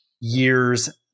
years